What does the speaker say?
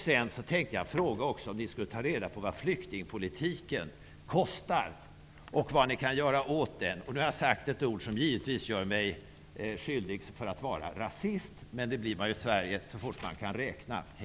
Sedan tänkte jag också fråga om ni tänker ta reda på vad flyktingpolitiken kostar och vad ni kan göra åt den. Nu har jag sagt ett ord som givetvis gör mig skyldig till att vara rasist, men det blir man i Sverige så fort man kan räkna. a